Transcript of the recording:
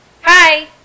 Hi